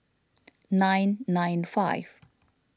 nine nine five